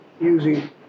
using